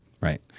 Right